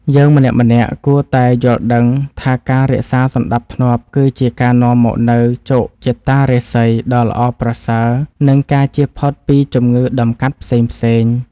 យើងម្នាក់ៗគួរតែយល់ដឹងថាការរក្សាសណ្តាប់ធ្នាប់ គឺជាការនាំមកនូវជោគជតារាសីដ៏ល្អប្រសើរ និងការជៀសផុតពីជំងឺតម្កាត់ផ្សេងៗ។